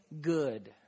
good